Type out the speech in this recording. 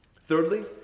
Thirdly